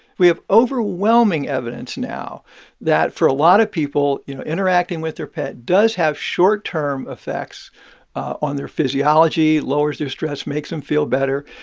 we have overwhelming evidence now that for a lot of people, you know, interacting with their pet does have short-term effects on their physiology, lowers their stress, makes them feel better.